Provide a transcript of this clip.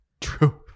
True